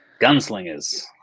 Gunslingers